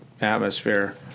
atmosphere